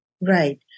Right